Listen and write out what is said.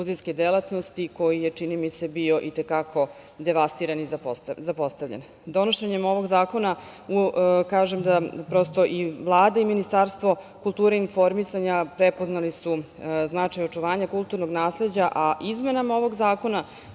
koji je, čini mi se, bio i te kako devastiran i zapostavljen. Donošenjem ovog zakona i Vlada i Ministarstvo kulture i informisanja prepoznali su značaj očuvanja kulturnog nasleđa, a izmenama ovog zakona